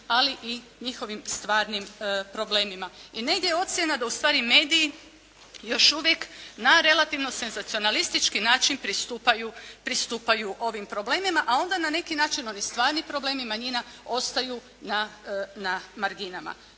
ali i njihovim stvarnim problemima. I negdje je ocjena da u stvari mediji još uvijek na relativno senzacionalistički način pristupaju ovim problemima, a onda na neki način oni stvarni problemi manjina ostaju na marginama.